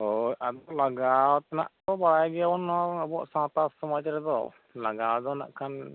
ᱦᱳᱭ ᱞᱟᱜᱟᱣ ᱛᱱᱟᱜ ᱫᱚ ᱵᱟᱭ ᱟᱵᱚᱣᱟᱜ ᱥᱟᱶᱛᱟᱞ ᱥᱚᱢᱟᱡ ᱨᱮᱫᱚ ᱞᱟᱜᱟᱣ ᱫᱚ ᱱᱟᱜᱠᱷᱟᱱ